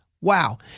Wow